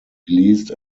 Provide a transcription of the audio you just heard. released